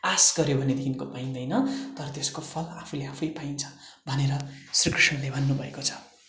आस गऱ्यो भनेदेखिको पाइँदैन तर त्यसको फल आफूले आफै पाइन्छ भनेर श्री कृष्णले भन्नु भएको छ